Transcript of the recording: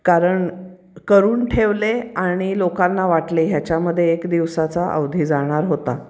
कारण करून ठेवले आणि लोकांना वाटले ह्याच्यामध्ये एक दिवसाचा अवधी जाणार होता